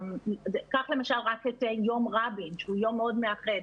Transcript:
קח למשל רק את יום רבין שהוא יום מאוד מאחד,